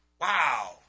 Wow